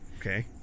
Okay